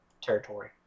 territory